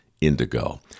indigo